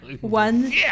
One